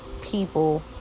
people